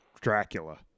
Dracula